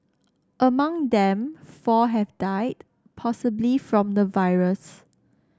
among them four have died possibly from the virus